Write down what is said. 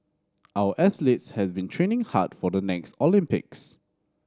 our athletes have been training hard for the next Olympics